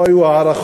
לא היו הערכות